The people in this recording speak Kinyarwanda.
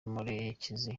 murekezi